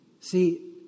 See